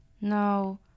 No